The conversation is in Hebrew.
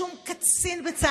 בשום קצין בצה"ל,